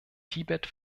tibet